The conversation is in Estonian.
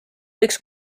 võiks